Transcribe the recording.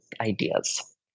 ideas